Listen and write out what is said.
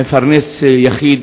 מפרנס יחיד,